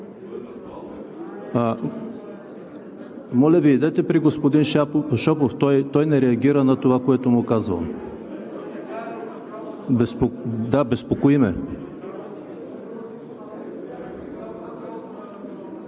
Моля Ви, идете при господин Шопов, той не реагира на това, което му казвам. Безпокои ме!